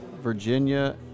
Virginia –